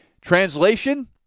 Translation